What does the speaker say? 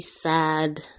sad